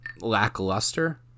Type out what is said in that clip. lackluster